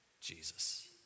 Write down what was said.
Jesus